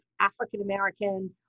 African-American